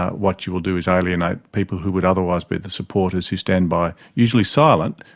what you will do is alienate people who would otherwise be the supporters who stand by, usually silent,